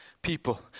people